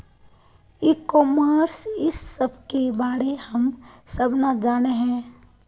E commerce इस सब के बारे हम सब ना जाने हीये?